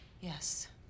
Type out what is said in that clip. Yes